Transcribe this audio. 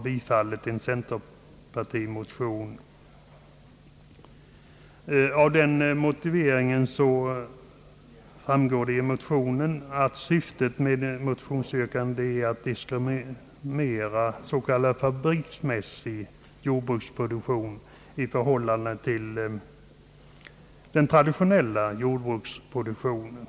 tillstyrkt en centerpartimotion, av vars motivering framgår att motionärernas yrkande syftar till att diskriminera s.k. fabriksmässig jordbruksproduktion i förhållande till den traditionella jordbruksproduktionen.